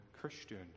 Christian